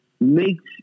makes